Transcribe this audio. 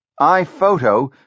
iPhoto